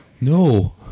No